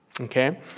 Okay